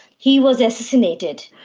he was assassinated.